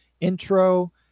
intro